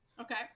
Okay